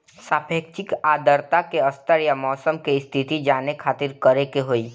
सापेक्षिक आद्रता के स्तर या मौसम के स्थिति जाने खातिर करे के होई?